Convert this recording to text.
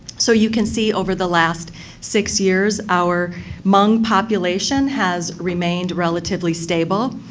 so you can see over the last six years our hmong population has remained relatively stable.